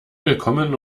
gekommen